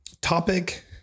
topic